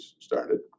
started